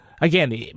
again